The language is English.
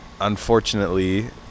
Unfortunately